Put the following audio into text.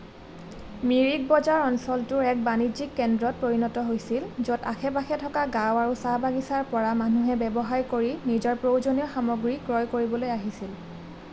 মিৰিক বজাৰ অঞ্চলটোৰ এক বাণিজ্যিক কেন্দ্ৰত পৰিণত হৈছিল য'ত আশে পাশে থকা গাঁও আৰু চাহ বাগিচাৰ পৰা মানুহে ব্যৱসায় কৰি নিজৰ প্ৰয়োজনীয় সামগ্ৰী ক্ৰয় কৰিবলৈ আহিছিল